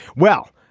well,